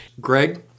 Greg